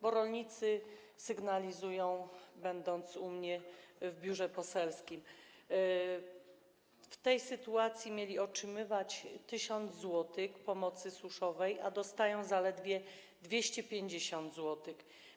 Bo rolnicy sygnalizują, będąc u mnie w biurze poselskim, że w tej sytuacji mieli otrzymywać 1000 zł pomocy suszowej, a dostają zaledwie 250 zł.